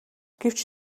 гэвч